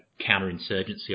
counterinsurgency